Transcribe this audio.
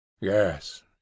Yes